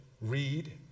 read